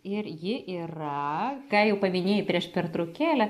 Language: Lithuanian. ir jiyra ką jau paminėjai prieš pertraukėlę